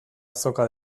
azoka